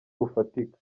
bufatika